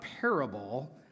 parable